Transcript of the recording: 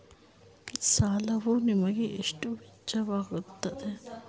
ಸಾಲವು ನಿಮಗೆ ಎಷ್ಟು ವೆಚ್ಚವಾಗುತ್ತದೆ?